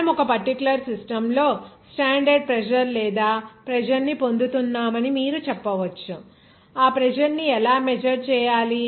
మనం ఒక particular system లో స్టాండర్డ్ ప్రెజర్ లేదా ప్రెజర్ ని పొందుతున్నామని మీరు చెప్పవచ్చు ఆ ప్రెజర్ ని ఎలా మెజర్ చేయాలి